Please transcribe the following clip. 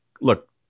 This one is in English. look